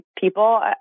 people